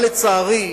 אבל, לצערי,